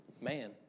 man